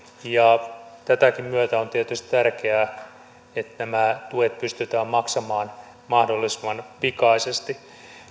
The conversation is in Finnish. ja tämänkin myötä on tietysti tärkeää että nämä tuet pystytään maksamaan mahdollisimman pikaisesti